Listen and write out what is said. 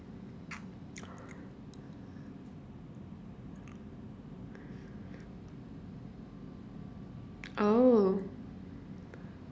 oh